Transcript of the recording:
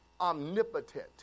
omnipotent